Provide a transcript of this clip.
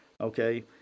okay